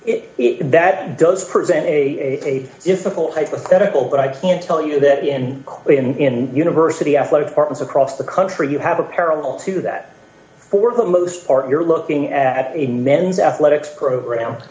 liability if that does present a difficult hypothetical but i can tell you that in quickly in university athletic departments across the country you have a parallel to that for the most part you're looking at in men's athletics programs